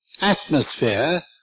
atmosphere